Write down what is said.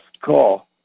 call